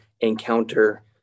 encounter